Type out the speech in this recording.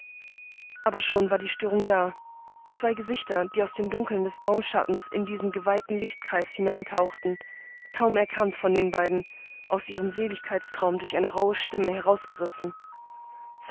aber schon war die störung da zwei gesichter die aus dem dunkel des baumschattens in diesen geweihten lichtkreis hereintauchten kaum erkannt von den beiden aus ihrem seligkeitstraum durch eine rauhe stimme